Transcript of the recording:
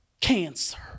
cancer